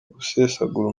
gusesagura